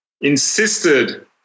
insisted